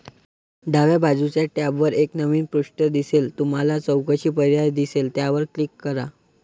डाव्या बाजूच्या टॅबवर एक नवीन पृष्ठ दिसेल तुम्हाला चौकशी पर्याय दिसेल त्यावर क्लिक करा